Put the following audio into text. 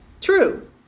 True